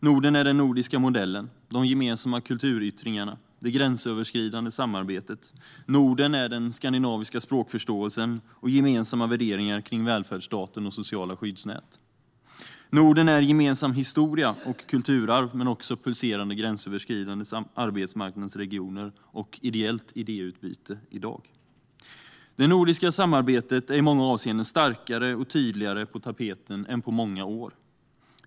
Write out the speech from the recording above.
Norden är den nordiska modellen, de gemensamma kulturyttringarna och det gränsöverskridande samarbetet. Norden är den skandinaviska språkförståelsen och gemensamma värderingar kring välfärdsstaten och sociala skyddsnät. Norden är gemensam historia och kulturarv, men också pulserande gränsöverskridande arbetsmarknadsregioner och ideellt idéutbyte i dag. Det nordiska samarbetet är i många avseenden starkare och tydligare på tapeten än på många år.